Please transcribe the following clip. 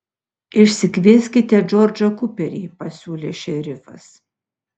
išsikvieskite džordžą kuperį pasiūlė šerifas